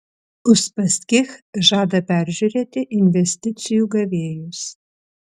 uspaskich žada peržiūrėti investicijų gavėjus